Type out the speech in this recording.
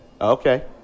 Okay